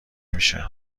میشه